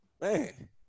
Man